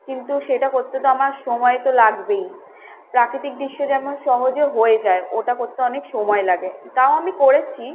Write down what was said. কিন্তু সেটা করতে তো আমার সময় তো লাগবেই প্রাকৃতিক দৃশ্য যেমন সহজে হয়ে যায় ওটা করতে অনেক সময় লাগে তাও আমি করেছি